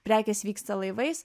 prekės vyksta laivais